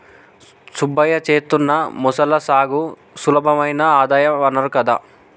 సుబ్బయ్య చేత్తున్న మొసళ్ల సాగు సులభమైన ఆదాయ వనరు కదా